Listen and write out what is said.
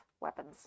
weapons